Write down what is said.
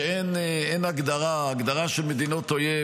שאין הגדרה של מדינות אויב,